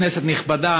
כנסת נכבדה,